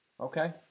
Okay